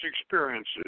experiences